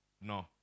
No